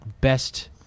best